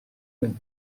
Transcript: mètres